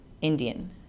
Indian